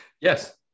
Yes